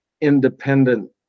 independent